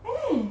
eh